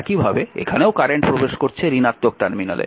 একইভাবে এখানেও কারেন্ট প্রবেশ করছে ঋণাত্মক টার্মিনালে